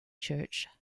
church